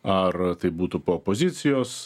ar tai būtų po opozicijos